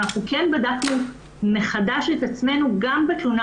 אנחנו כן בדקנו מחדש את עצמנו גם בתלונה